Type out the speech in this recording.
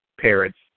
parents